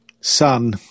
Sun